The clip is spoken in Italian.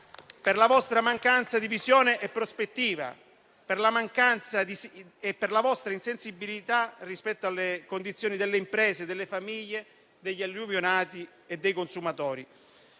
per la vostra mancanza di visione e prospettiva e per la vostra insensibilità rispetto alle condizioni delle imprese, delle famiglie, degli alluvionati e dei consumatori.